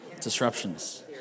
Disruptions